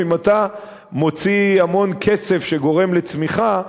ובין אם אתה מוציא המון כסף שגורם לצמיחה,